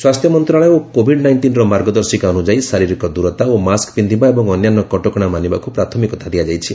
ସ୍ୱାସ୍ଥ୍ୟ ମନ୍ତ୍ରଣାଳୟ ଓ କୋଭିଡ୍ ନାଇଷ୍ଟିନ୍ର ମାର୍ଗଦର୍ଶିକା ଅନୁଯାୟୀ ଶାରୀରିକ ଦୂରତା ଓ ମାସ୍କ ପିନ୍ଧିବା ଏବଂ ଅନ୍ୟାନ୍ୟ କଟକଣା ମାନିବାକୁ ପ୍ରାଥମିକତା ଦିଆଯାଇଛି